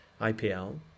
IPL